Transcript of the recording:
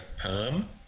perm